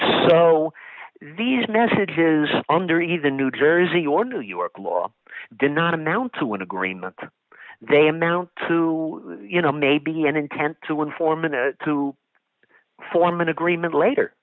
so these messages under either new jersey or new york law did not amount to an agreement they amount to you know maybe an intent to inform and to form an agreement later